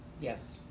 Yes